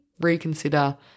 reconsider